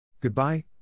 Goodbye